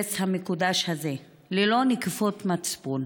האינטרס המקודש הזה, ללא נקיפות מצפון.